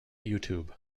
youtube